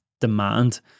demand